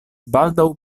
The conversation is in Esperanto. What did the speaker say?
baldaŭ